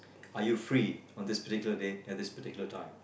are you free on this particular day at this particular time